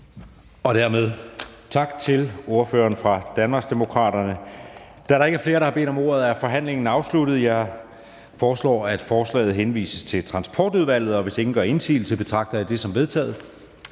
Dermed tak til ordføreren for Danmarksdemokraterne. Da der ikke er flere, der har bedt om ordet, er forhandlingen afsluttet. Jeg foreslår, at forslaget henvises til Transportudvalget. Hvis ingen gør indsigelse, betragter jeg dette som vedtaget.